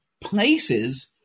places